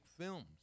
films